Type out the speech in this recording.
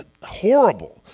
horrible